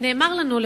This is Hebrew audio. נאמר לנו,